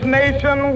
nation